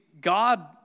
God